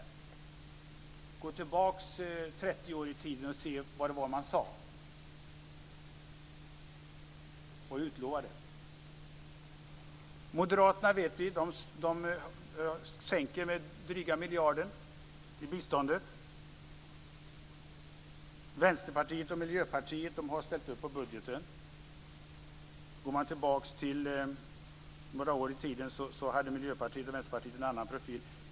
Vi kan gå tillbaka 30 år i tiden och se vad man sade då och utlova det. Vi vet att moderaterna sänker biståndet med en dryg miljard. Vänsterpartiet och Miljöpartiet har ställt upp på budgeten. Om vi går några år tillbaka i tiden ser vi att Miljöpartiet och Vänsterpartiet hade en annan profil.